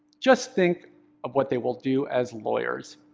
just think of what they will do as lawyers.